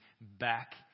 back